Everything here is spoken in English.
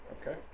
Okay